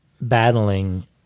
battling